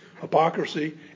Hypocrisy